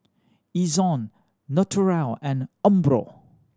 Ezion Naturel and Umbro